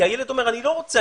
כי הילד אומר: אני לא רוצה,